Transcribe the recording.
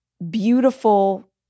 Beautiful